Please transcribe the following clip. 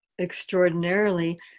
extraordinarily